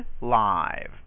live